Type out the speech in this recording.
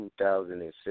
2006